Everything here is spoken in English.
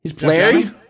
Larry